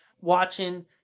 watching